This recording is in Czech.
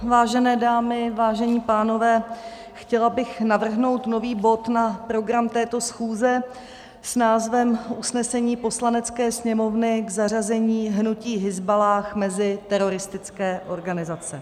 Vážené dámy, vážení pánové, chtěla bych navrhnout nový bod na program této schůze s názvem Usnesení Poslanecké sněmovny k zařazení hnutí Hizballáh mezi teroristické organizace.